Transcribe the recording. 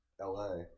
LA